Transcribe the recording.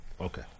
Okay